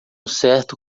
certo